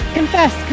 confess